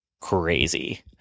crazy